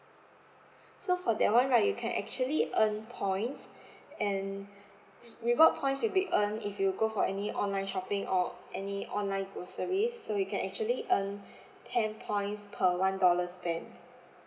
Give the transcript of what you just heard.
so for that one right you can actually earn points and reward points will be earned if you go for any online shopping or any online grocery so you can actually earn ten points per one dollar spent